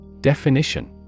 Definition